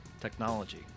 technology